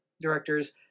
directors